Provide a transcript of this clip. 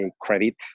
credit